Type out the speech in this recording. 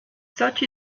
such